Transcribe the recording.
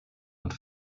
und